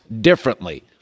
differently